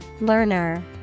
Learner